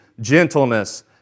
gentleness